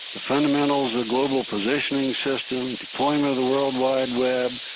the fundamentals of global positioning system, deployment of the world wide web,